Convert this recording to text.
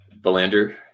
Belander